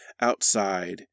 outside